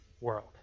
world